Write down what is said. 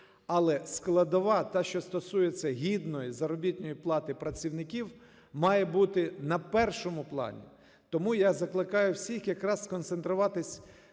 Але складова та, що стосується гідної заробітної плати працівників, має бути на першому плані. Тому я закликаю всіх якраз сконцентруватись